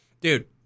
dude